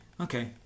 Okay